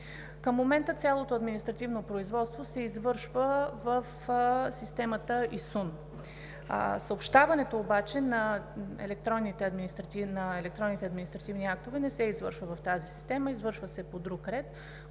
Към момента цялото административно производство се извършва в системата ИСУН. Съобщаването на електронните административни актове обаче не се извършва в тази система, извършва се по друг ред,